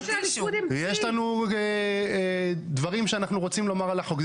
ויש לנו דברים שאנחנו רוצים לומר על החוק.